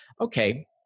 Okay